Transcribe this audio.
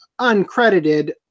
uncredited